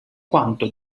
quanto